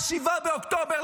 7 באוקטובר.